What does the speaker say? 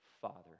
father